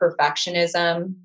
perfectionism